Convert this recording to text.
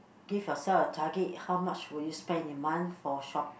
give yourself a target how much will you spend in a month for shop